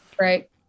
right